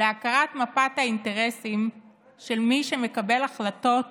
להכרת מפת האינטרסים של מי שמקבל החלטות